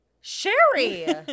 Sherry